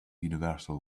universal